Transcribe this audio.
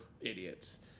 idiots